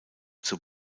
zur